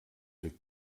viele